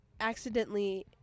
accidentally